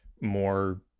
more